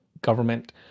government